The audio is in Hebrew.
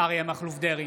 אריה מכלוף דרעי,